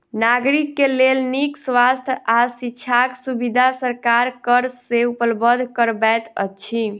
नागरिक के लेल नीक स्वास्थ्य आ शिक्षाक सुविधा सरकार कर से उपलब्ध करबैत अछि